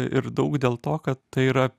ir daug dėl to kad tai yra